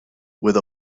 with